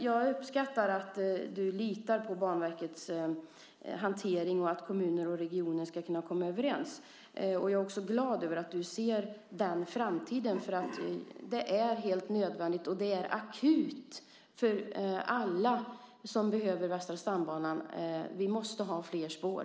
Jag uppskattar att du litar på Banverkets hantering och att kommuner och regioner ska kunna komma överens. Jag är också glad över att du ser denna framtid, för det är helt nödvändigt. Det är akut för alla som behöver Västra stambanan. Vi måste ha fler spår.